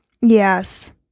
Yes